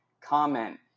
comment